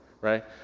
right